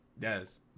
Yes